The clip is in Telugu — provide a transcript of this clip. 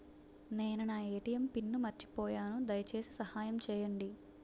నేను నా ఎ.టి.ఎం పిన్ను మర్చిపోయాను, దయచేసి సహాయం చేయండి